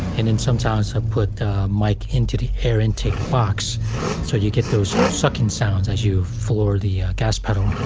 and then sometimes i put the mic into the air intake box so you get those sucking sounds as you floor the gas pedal.